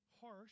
harsh